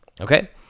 okay